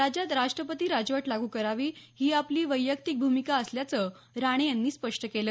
राज्यात राष्ट्रपती राजवट लागू करावी ही आपली वैयक्तिक भूमिका असल्याचं राणे यांनी स्पष्ट केलं